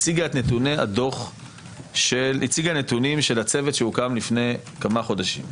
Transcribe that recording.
הציגה את נתוני הדוח של הצוות שהוקם לפני כמה חודשים.